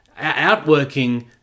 outworking